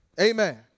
Amen